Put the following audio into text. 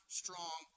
strong